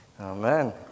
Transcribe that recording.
Amen